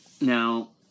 Now